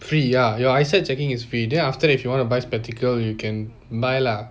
free ya ya eyesight checking is free then after that if you want to buy spectacle you can buy lah